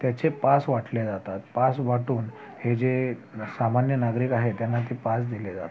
त्याचे पास वाटले जातात पास वाटून हे जे सामान्य नागरिक आहेत त्यांना ते पास दिले जातात